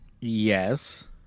Yes